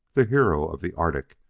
the hero of the arctic,